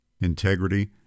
integrity